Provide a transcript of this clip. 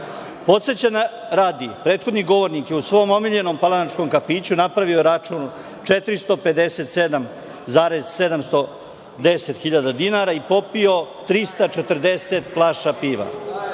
Podsećanja radi, prethodni govornik je u svom omiljenom palanačkom kafiću napravio račun 457,710 dinara i popio 340 flaša piva.